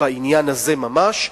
בעניין הזה ממש,